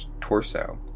torso